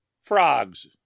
Frogs